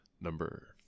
number